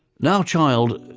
now child,